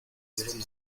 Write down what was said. dieron